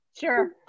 sure